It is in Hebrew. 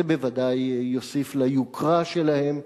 זה בוודאי יוסיף ליוקרה שלהם.